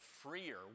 freer